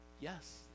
yes